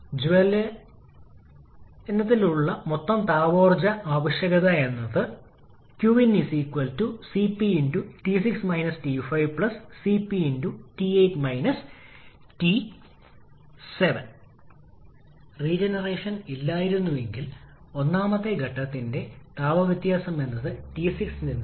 ഇന്റർകൂളിംഗിനൊപ്പം multistage compression റീഹീറ്റിംഗിനൊപ്പം multistage വിപുലീകരണം exhaust വാതകം ഉപയോഗിച്ച് പുനരുജ്ജീവനത്തിന്റെ ഉപയോഗം എന്നിവയാണ് ഏറ്റവും സാധാരണമായ മൂന്ന് പരിഷ്കാരങ്ങൾ